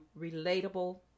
relatable